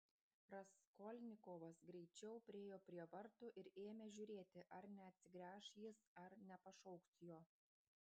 raskolnikovas greičiau priėjo prie vartų ir ėmė žiūrėti ar neatsigręš jis ar nepašauks jo